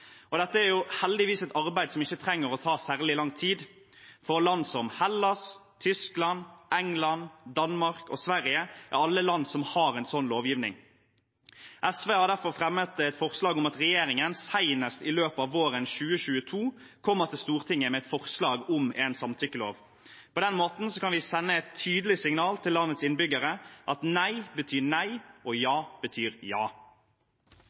Dette er heldigvis et arbeid som ikke trenger å ta særlig lang tid. Land som Hellas, Tyskland, England, Danmark og Sverige er alle land som har en sånn lovgivning. SV har derfor fremmet et forslag om at regjeringen senest i løpet av våren 2022 kommer til Stortinget med et forslag om en samtykkelov. På den måten kan vi sende et tydelig signal til landets innbyggere om at nei betyr nei og ja betyr ja.